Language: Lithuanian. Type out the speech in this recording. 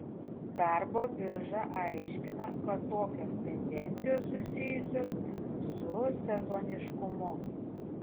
darbo birža aiškina kad tokios tendencijos susijusios su sezoniškumu